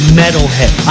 metalhead